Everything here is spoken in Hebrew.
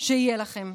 שיהיה לכם.